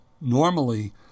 Normally